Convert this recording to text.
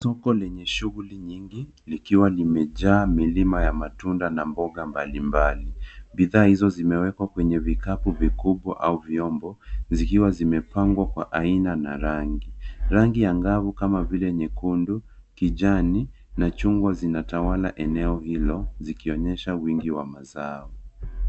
Soko lenye shughuli nyingi likiwa limejaa milima ya matunda mengi na mboga mbalimbali. Bidha hizo zimewekwa kwenye vikapu vikubwa au vyombo vikiwavimepangwa kwa aina na rangi. rangi anavu kama vile nyekundu, kijani na chungwa linatawala eneo hilo vikionyesha wingi wa mazao.